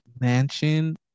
Mansion